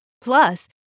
Plus